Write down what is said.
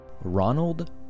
Ronald